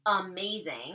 amazing